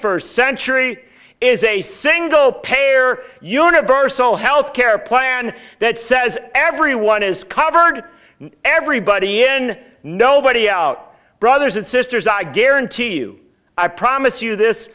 first century is a single payer universal healthcare plan that says everyone is covered everybody n nobody out brothers and sisters i guarantee you i promise you this